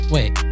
Wait